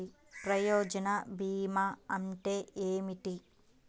ప్రయోజన భీమా అంటే ఏమిటి?